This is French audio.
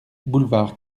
boulevard